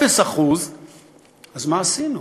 0%; אז מה עשינו?